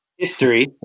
History